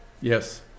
Yes